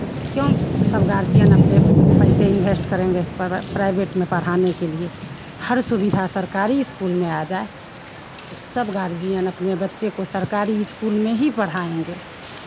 क्यों सब गार्जियन अपने पैसे इन्वेस्ट करेंगे प्राइवेट में पढ़ाने के लिए हर सुविधा सरकारी स्कूल में आ जाए तो सब गार्जियन अपने बच्चे को सरकारी स्कूल में ही पढ़ाएँगे